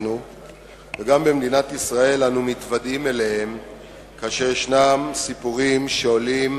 וגם במדינת ישראל אנחנו מתוודעים אליה כאשר יש סיפורים שעולים